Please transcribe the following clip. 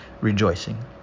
rejoicing